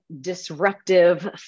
disruptive